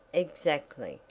exactly,